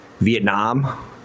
Vietnam